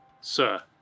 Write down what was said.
Sir